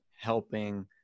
helping